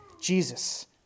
Jesus